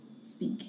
speak